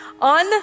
On